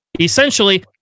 essentially